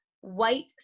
white